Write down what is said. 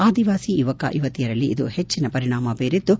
ಆದಿವಾಸಿ ಯುವಕ ಯುವತಿಯರಲ್ಲಿ ಇದು ಹೆಚ್ಚಿನ ಪರಿಣಾಮ ಬೀರಿದ್ದು